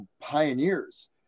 pioneers